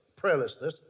prayerlessness